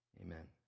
amen